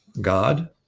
God